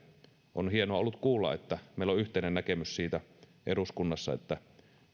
on hienoa ollut kuulla että meillä on yhteinen näkemys eduskunnassa siitä että